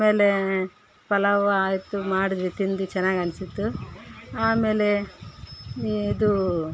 ಆಮೇಲೇ ಪಲಾವ್ ಆಯಿತು ಮಾಡಿದ್ವಿ ತಿಂದ್ವಿ ಚೆನ್ನಾಗನ್ಸಿತ್ತು ಆಮೇಲೆ ಇದು